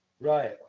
Right